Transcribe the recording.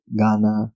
Ghana